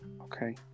okay